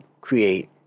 create